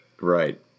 Right